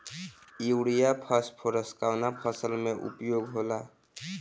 Urea phosphorus कवना फ़सल में उपयोग होला?